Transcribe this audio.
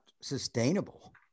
sustainable